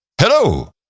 Hello